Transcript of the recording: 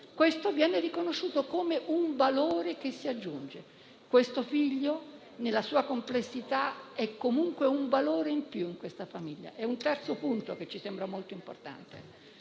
quindi si riconosce come un valore che si aggiunge. E quel figlio, nella sua complessità, è comunque un valore in più in una famiglia. Un quarto punto che ci sembra molto importante